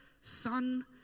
Son